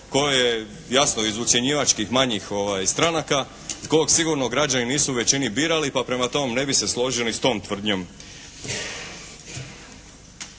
tko je jasno iz ucjenjivačkih manjih stranaka kog sigurno građani nisu u većini birali pa prema tomu ne bih se složio niti s tom tvrdnjom.